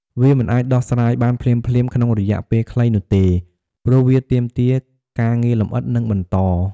វាមិនអាចដោះស្រាយបានភ្លាមៗក្នុងរយៈពេលខ្លីនោះទេ ព្រោះវាទាមទារការងារលម្អិត និងបន្ត។